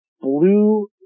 blue